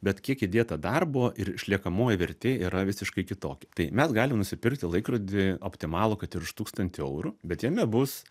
bet kiek įdėta darbo ir išliekamoji vertė yra visiškai kitokia tai mes galim nusipirkti laikrodį optimalų kad ir už tūkstantį eurų bet jame bus